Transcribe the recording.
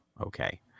okay